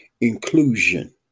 inclusion